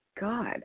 God